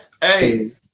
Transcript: Hey